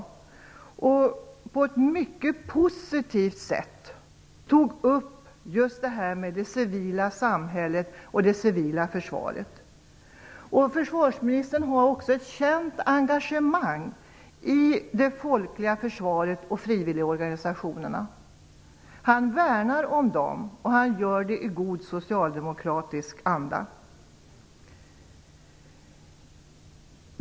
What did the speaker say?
Han tog på ett mycket positivt sätt upp just det civila samhället och det civila försvaret. Försvarsministern har också ett känt engagemang i det folkliga försvaret och frivilligorganisationerna. Han värnar om dem, och han gör det i god socialdemokratisk anda.